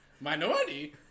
Minority